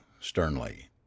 Sternly